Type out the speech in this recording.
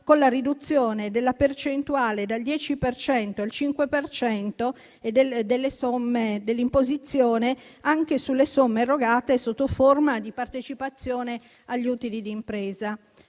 con la riduzione della percentuale dal 10 al 5 per cento dell'imposizione anche sulle somme erogate e sotto forma di partecipazione agli utili di impresa.